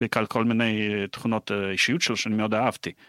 על כל מיני תכונות אישיות שלו שאני מאוד אהבתי